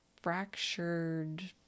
fractured